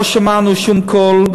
לא שמענו שום קול,